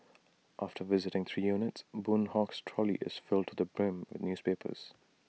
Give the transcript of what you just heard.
after visiting three units boon Hock's trolley is filled to the brim with newspapers